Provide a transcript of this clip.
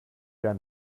gar